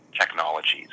technologies